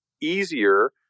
easier